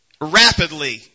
Rapidly